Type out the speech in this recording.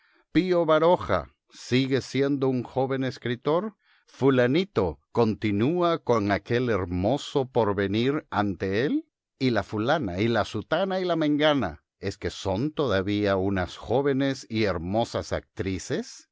pío baroja sigue siendo un joven escritor fulanito continúa con aquel hermoso porvenir ante él y la fulana y la zutana y la mengana es que son todavía unas jóvenes y hermosas actrices